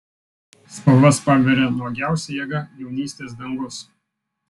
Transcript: spalvas paberia nuogiausia jėga jaunystės dangus